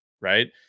Right